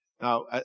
Now